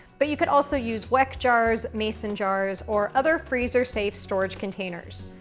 but you could also use weck jars, mason jars, or other freezer-safe storage containers.